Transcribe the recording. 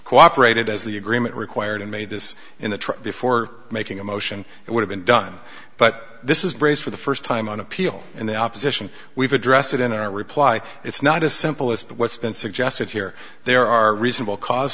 cooperated as the agreement required and made this in the truck before making a motion it would have been done but this is brace for the first time on appeal and the opposition we've addressed it in our reply it's not as simple as what's been suggested here there are reasonable cause